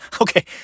okay